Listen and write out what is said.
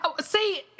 see